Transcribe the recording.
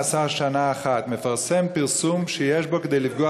מאסר שנה אחת: (1) מפרסם פרסום שיש בו כדי לפגוע